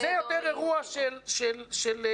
זה יותר אירוע של בררנות.